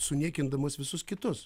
suniekindamas visus kitus